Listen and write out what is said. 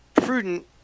prudent